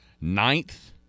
Ninth